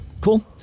cool